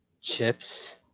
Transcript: chips